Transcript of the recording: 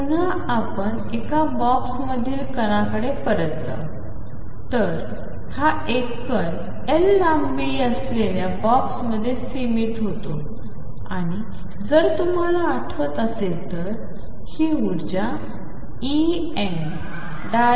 पुन्हा आपण एका बॉक्समधील कण कडे परत जाऊ तर हा एक कण L लांबी असलेल्या बॉक्समध्ये सीमित होता आणि जर तुम्हाला आठवत असेल तर ही ऊर्जा En1L2